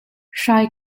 hrai